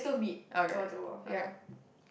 okay okay